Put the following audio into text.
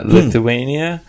Lithuania